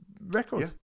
record